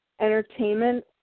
Entertainment